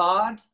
God